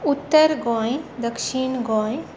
उत्तर गोंय दक्षीण गोंय